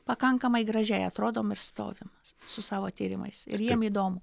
pakankamai gražiai atrodom ir stovim su savo tyrimais ir jiem įdomu